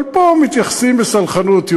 אבל פה מתייחסים בסלחנות.